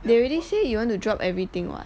they already say you want to drop everything [what]